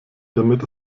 damit